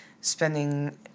spending